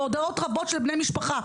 בהודעות רבות של בני משפחה,